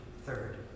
Third